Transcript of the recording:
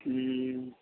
हम्म